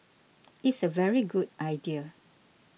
it's a very good idea